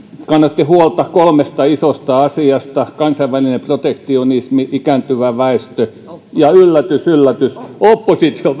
kannatte huolta kolmesta isosta asiasta kansainvälinen protektionismi ikääntyvä väestö ja yllätys yllätys opposition